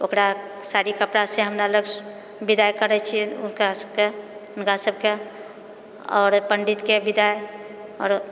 ओकरा साड़ी कपड़ा से हमरा लोग विदाइ करै छियै ओकरा सभकेँ हुनका सभकेँ आओर पण्डितके विदाइ आओर